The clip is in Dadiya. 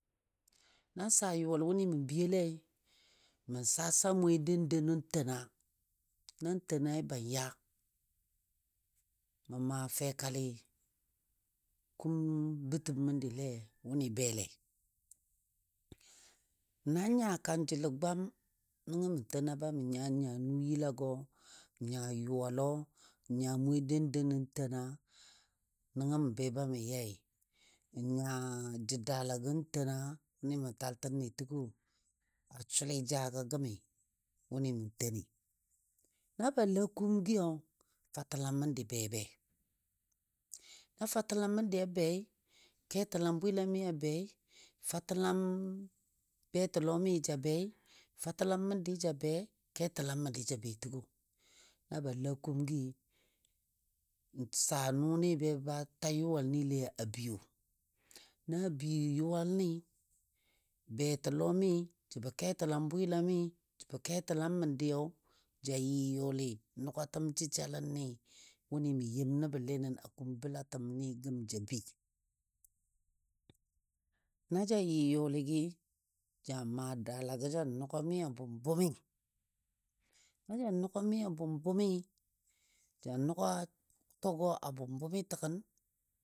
Nan saa yʊwal wʊnɨ mən biyolei, mə saa mwe dendeno n tena nan tenai ban ya, mə maa fɛkalɨ kum bətəm məndile ni belei. Nan nya kanjəlo gwam nəngɔ tena ba mə nya nya nʊyilagɔ, nya yʊwalɔ, nya mwe dendeno n tena nəngɔ mə be ba mə yai. N nya jə dalagɔ n tena ni mən taltənle təgo a sulɨjagɔ gəmi wʊnɨ mən teni. Na bala kumgɨyo fatəlam məndi be be, na fatəlam məndi a bei, ketəlam bwɨlami a bei. Fatəlam betəlɔmi ja bei, fatəlam məndi ja be, ketəlam məndi ja be təgɔ. Na ba la kumgɨ, n saa nʊni be ba ta yʊwalnile a biyo. Na biyo yʊwalni, betəlɔmi, jəbɔ ketəlam bwɨlami jəbɔ ketəlam məndiyo ja yɨ yɔli nʊgatəm jəjaləni wʊnɨ mən yem nəbɔle nən a kum bəlatəmni gəm ja bəi. Na yɨ yɔlɨgɨ ja maa daalagɔ ja nʊgami a bʊm bʊmi, na ja nʊgami a bʊm bʊmi, ja nʊga kʊtɔgə a bʊm bʊmi təgən.